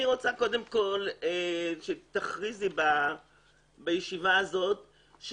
אני רוצה שתכריזי בישיבה הזאת על כך